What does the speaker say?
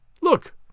Look